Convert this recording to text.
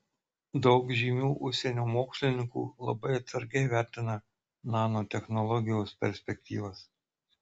daug žymių užsienio mokslininkų labai atsargiai vertina nanotechnologijos perspektyvas